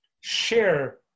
share